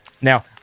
Now